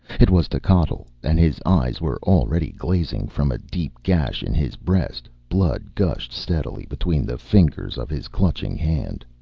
it was techotl and his eyes were already glazing from a deep gash in his breast blood gushed steadily between the fingers of his clutching hand.